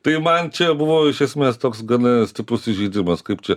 tai man čia buvo iš esmės toks gana stiprus įžeidimas kaip čia